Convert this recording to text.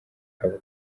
abo